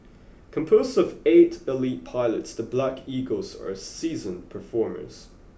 composed of eight elite pilots the Black Eagles are seasoned performers